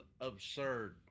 absurd